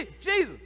Jesus